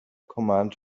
commands